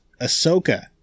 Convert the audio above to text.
Ahsoka